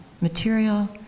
material